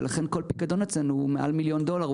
ולכן כל פיקדון אצלנו הוא מעל מיליון דולר,